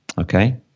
okay